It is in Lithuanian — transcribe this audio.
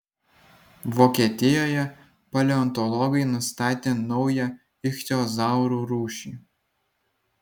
vokietijoje paleontologai nustatė naują ichtiozaurų rūšį